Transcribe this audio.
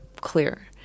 clear